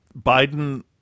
Biden